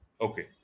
Okay